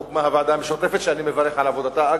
והוקמה הוועדה המשותפת שאני מברך על עבודתה,